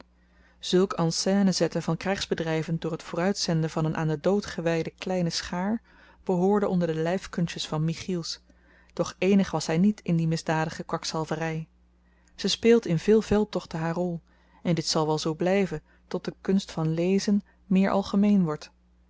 zulk en scène zetten van krygsbedryven door t vooruitzenden van een aan den dood gewyde kleine schaar behoorde onder de lyfkunstjes van michiels doch eenig was hy niet in die misdadige kwakzalvery ze speelt in veel veldtochten haar rol en dit zal wel zoo blyven tot de kunst van lezen meer algemeen wordt